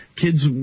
kids